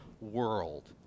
world